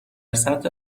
سطح